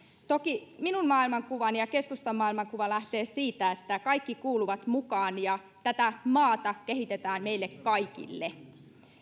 toki minun maailmankuvani ja keskustan maailmankuva lähtee siitä että kaikki kuuluvat mukaan ja tätä maata kehitetään meille kaikille